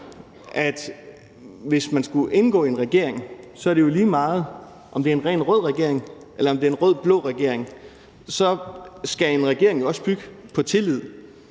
at hvis man skulle indgå i en regering, er det jo lige meget, om det er en rent rød regering, eller om det er en rød-blå-regering. Så skal en regering jo også bygge på tillid.